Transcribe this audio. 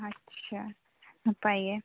ᱟᱪᱪᱷᱟ ᱱᱟᱯᱟᱭ ᱜᱮ